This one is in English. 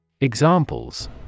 Examples